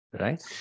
right